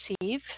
receive